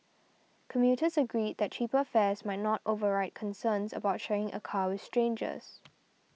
commuters agreed that cheaper fares might not override concerns about sharing a car with strangers